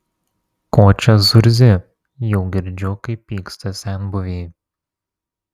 ko čia zurzi jau girdžiu kaip pyksta senbuviai